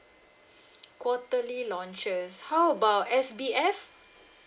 quarterly launches how about S_B_F